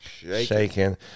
shaking